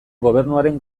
gobernuaren